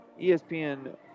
ESPN